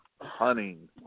Hunting